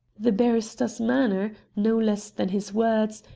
the barrister's manner, no less than his words,